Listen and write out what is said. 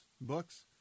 books